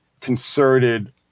concerted